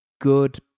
good